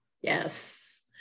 Yes